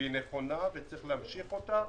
והיא נכונה, וצריך להמשיך אותה